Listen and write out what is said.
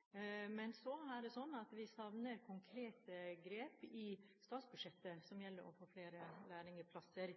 statsbudsjettet for å få flere lærlingplasser.